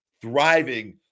thriving